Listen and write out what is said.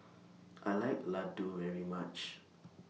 I like Laddu very much